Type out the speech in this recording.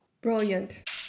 brilliant